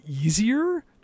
easier